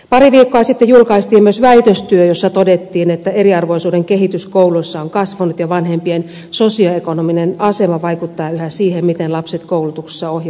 pari viikkoa sitten julkaistiin myös väitöstyö jossa todettiin että eriarvoisuuden kehitys kouluissa on kasvanut ja vanhempien sosioekonominen asema vaikuttaa yhä siihen miten lapset koulutuksessa ohjautuvat